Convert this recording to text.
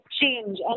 change